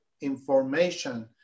information